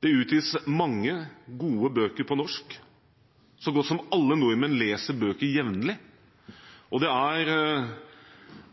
Det utgis mange gode bøker på norsk. Så godt som alle nordmenn leser bøker jevnlig, og det er